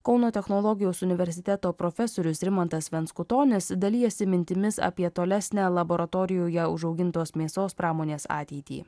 kauno technologijos universiteto profesorius rimantas venskutonis dalijasi mintimis apie tolesnę laboratorijoje užaugintos mėsos pramonės ateitį